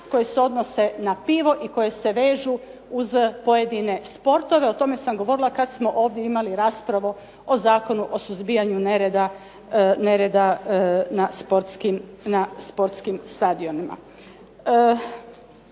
koje se odnose na pivo i koje se vežu uz pojedine sportove. O tome sam govorila kad smo ovdje imali raspravu o Zakonu o suzbijanju nereda na sportskim stadionima.